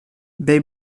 bay